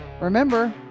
Remember